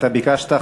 אתה ביקשת,